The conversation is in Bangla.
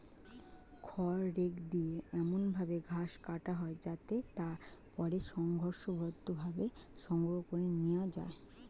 খড় রেক দিয়ে এমন ভাবে ঘাস কাটা হয় যাতে তা পরে সংঘবদ্ধভাবে সংগ্রহ করে নেওয়া যায়